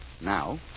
Now